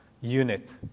unit